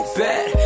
bad